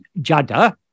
jada